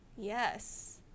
yes